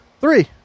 three